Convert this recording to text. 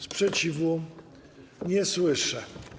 Sprzeciwu nie słyszę.